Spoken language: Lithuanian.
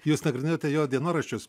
jūs nagrinėjote jo dienoraščius